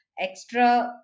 extra